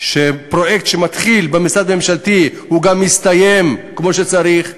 שפרויקט שמתחיל במשרד ממשלתי גם מסתיים כמו שצריך,